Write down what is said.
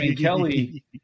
Kelly